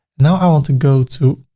now i want to go to